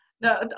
No